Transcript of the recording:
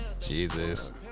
Jesus